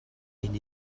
cyn